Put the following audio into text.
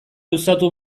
luzatu